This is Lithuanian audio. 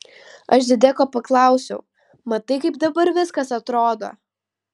aš zideko paklausiau matai kaip dabar viskas atrodo